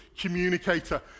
communicator